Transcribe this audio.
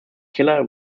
killer